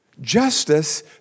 Justice